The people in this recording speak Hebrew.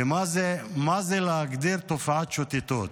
ומה זה להגדיר תופעת שוטטות?